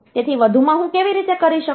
તેથી વધુમાં હું કેવી રીતે કરી શકું